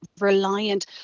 reliant